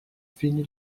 fini